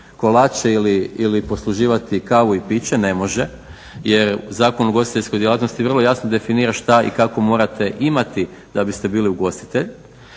kolače ili posluživati kavu i piće, ne može jer Zakon o ugostiteljskoj djelatnosti vrlo jasno definira šta i kako morate imati da biste bili ugostitelj.